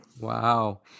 Wow